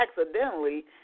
accidentally